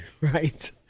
right